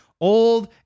old